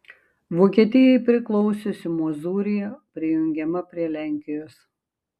vokietijai priklausiusi mozūrija prijungiama prie lenkijos